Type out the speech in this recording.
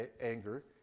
anger